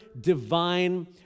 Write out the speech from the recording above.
divine